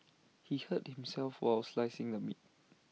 he hurt himself while slicing the meat